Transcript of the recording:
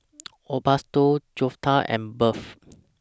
Osbaldo Jeptha and Bev